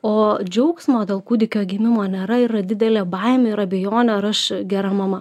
o džiaugsmo dėl kūdikio gimimo nėra yra didelė baimė ir abejonė ar aš gera mama